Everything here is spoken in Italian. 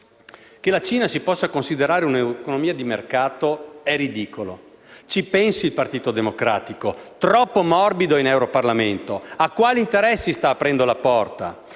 Che la Cina si possa considerare una economia di mercato è ridicolo. Ci pensi il Partito Democratico, troppo morbido in Europarlamento: a quali interessi sta aprendo la porta?